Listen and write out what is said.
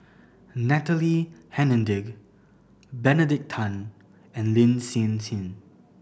Natalie Hennedige Benedict Tan and Lin Hsin Hsin